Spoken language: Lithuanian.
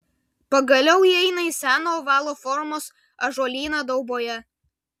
pagaliau įeina į seną ovalo formos ąžuolyną dauboje